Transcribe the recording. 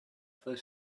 for